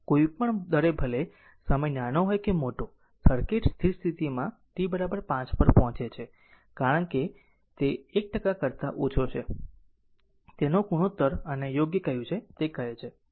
કોઈપણ દરે ભલે સમય નાનો હોય કે મોટો સર્કિટ સ્થિર સ્થિતિમાં t 5 પર પહોંચે છે કારણ કે તે 1 ટકા કરતા ઓછો છે તેને ગુણોત્તર અને યોગ્ય કહ્યું છે તે કહે છે